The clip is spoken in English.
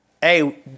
Hey